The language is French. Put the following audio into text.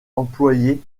employées